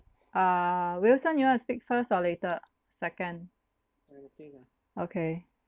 uh wilson you want to speak first or later second okay